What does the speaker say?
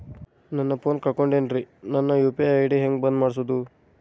ನನ್ನ ಫೋನ್ ಕಳಕೊಂಡೆನ್ರೇ ನನ್ ಯು.ಪಿ.ಐ ಐ.ಡಿ ಹೆಂಗ್ ಬಂದ್ ಮಾಡ್ಸೋದು?